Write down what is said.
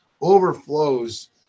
overflows